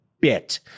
bit